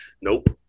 nope